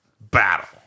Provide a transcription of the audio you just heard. Battle